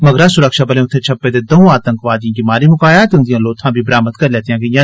मगरा सुरक्षाबलें उत्थें छप्पे दे दौं आतंकवादिएं गी मारी मुकाया ते उंदिआं लोथां बी बरामद करी लैती गेईआं